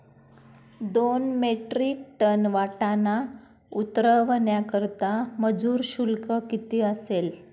दोन metric tonne वाटाणा उतरवण्याकरता मजूर शुल्क किती असेल?